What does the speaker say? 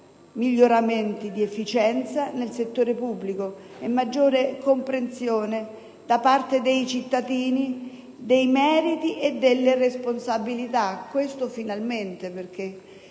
miglioramenti di efficienza nel settore pubblico e maggiore comprensione da parte dei cittadini dei meriti e delle responsabilità (e questo finalmente, perché